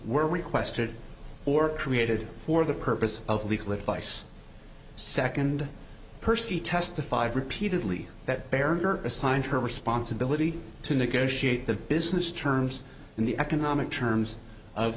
were requested or created for the purpose of legal advice second percy testified repeatedly that bear assigned her responsibility to negotiate the business terms in the economic terms of